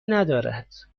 ندارد